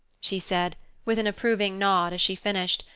she said with an approving nod as she finished,